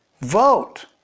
Vote